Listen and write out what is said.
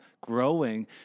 growing